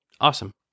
Awesome